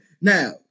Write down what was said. Now